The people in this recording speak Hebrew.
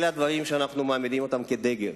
אלה הדברים שאנחנו מעמידים אותם כדגל.